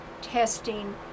testing